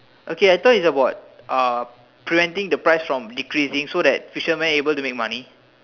okay I thought it's about preventing the price from decreasing so that the fishermen can make money